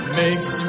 makes